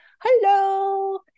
hello